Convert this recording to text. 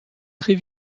très